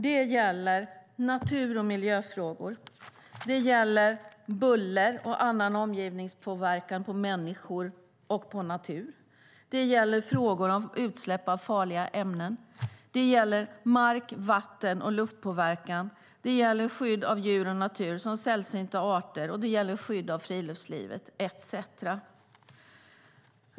Det gäller natur och miljöfrågor, det gäller buller och annan omgivningspåverkan på människor och natur, det gäller frågor om utsläpp av farliga ämnen, det gäller mark-, vatten och luftpåverkan, det gäller skydd av djur och natur, som sällsynta arter, det gäller skydd av friluftslivet etcetera.